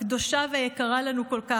הקדושה והיקרה לנו כל כך,